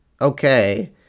Okay